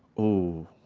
oh,